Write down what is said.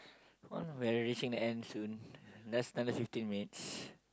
oh we're reaching the end soon just another fifteen minutes